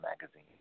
Magazine